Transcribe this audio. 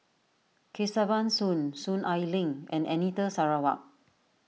Kesavan Soon Soon Ai Ling and Anita Sarawak